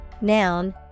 noun